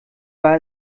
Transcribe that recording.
war